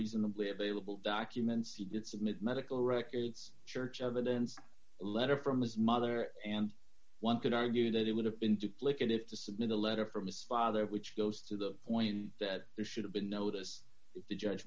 reasonably available documents he did submit medical records church evidence letter from his mother and one could argue that it would have been duplicative to submit a letter from his father which goes to the point that there should have been notice to judge